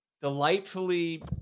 delightfully